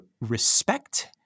respect—